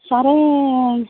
sir